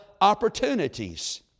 opportunities